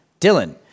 Dylan